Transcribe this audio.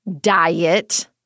diet